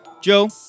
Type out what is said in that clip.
Joe